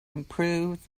improves